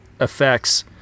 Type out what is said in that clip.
effects